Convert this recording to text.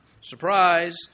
Surprise